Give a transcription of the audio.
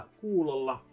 kuulolla